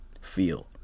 feel